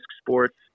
sports